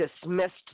dismissed